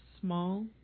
small